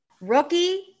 Rookie